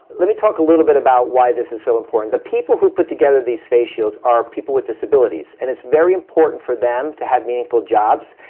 let me talk a little bit about why this is so important the people who put together these face shields are people with disabilities, and it's very important for them to have meaningful jobs,